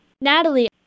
Natalie